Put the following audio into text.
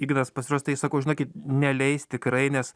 ignas pasrastai sako žinokit neleis tikrai nes